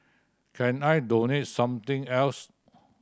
can I donate something else